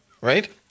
right